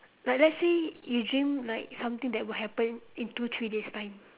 like let say you dream like something that will happen in two three days' time